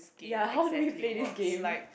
ya how do we play this game